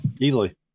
easily